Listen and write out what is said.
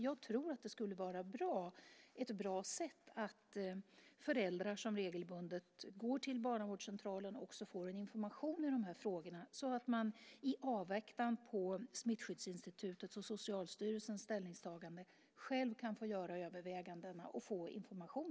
Jag tror att det skulle vara bra att föräldrar som regelbundet går till barnavårdscentralen också får information i frågorna så att de i avvaktan på Smittskyddsinstitutets och Socialstyrelsens ställningstaganden själva kan göra sina överväganden.